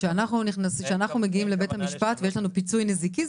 כשאנחנו מגיעים לבית המשפט ויש לנו פיצוי נזיקי,